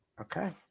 Okay